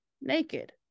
naked